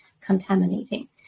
contaminating